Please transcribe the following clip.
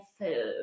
food